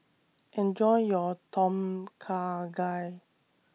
Enjoy your Tom Kha Gai